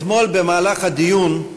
אתמול במהלך הדיון,